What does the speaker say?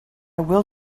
will